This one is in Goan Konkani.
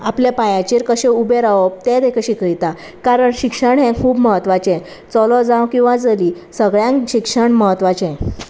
आपल्या पांयाचेर कशें उबें रावप तें ताका शिकयता कारण शिक्षण हें खूब महत्वाचें चलो जावं किंवां चली सगळ्यांक शिक्षण म्हत्वाचें